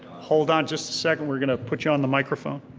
hold on just a second, we're gonna put you on the microphone.